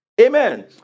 Amen